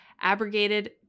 abrogated